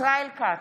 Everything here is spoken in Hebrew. ישראל כץ,